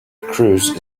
cruise